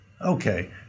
Okay